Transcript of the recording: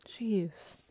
Jeez